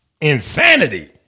Insanity